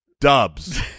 Dubs